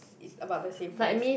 it's about the same price